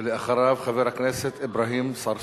ואחריו, חבר הכנסת אברהים צרצור.